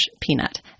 Peanut